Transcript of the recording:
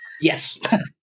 Yes